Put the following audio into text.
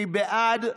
מי בעד?